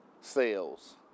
sales